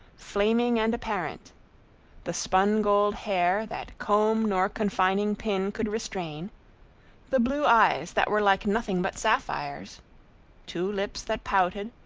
flaming and apparent the spun-gold hair that comb nor confining pin could restrain the blue eyes that were like nothing but sapphires two lips that pouted,